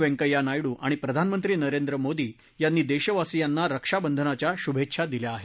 व्यंकय्या नायडू आणि प्रधानमंत्री नरेंद्र मोदी यांनी देशवासियांना रक्षाबंधनाच्या श्भेच्छा दिल्या आहेत